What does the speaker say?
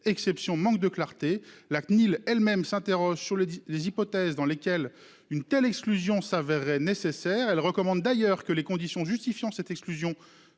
exception manque de clarté. La CNIL elles-mêmes s'interroge sur les les hypothèses dans lesquelles une telle exclusion s'avéreraient nécessaire elle recommande d'ailleurs que les conditions justifiant cette exclusion